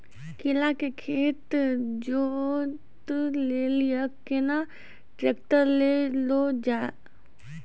केला के खेत जोत लिली केना ट्रैक्टर ले लो जा?